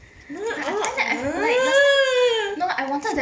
eh orh ah